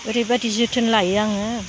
ओरैबादि जोथोन लायो आङो